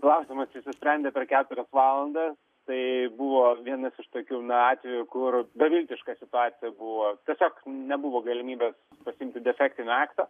klausimas išsisprendė per keturias valandas tai buvo vienas iš tokių na atvejų kur beviltiška situacija buvo tiesiog nebuvo galimybės pasiimti defektinį aktą